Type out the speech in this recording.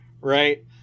Right